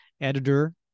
editor